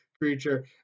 creature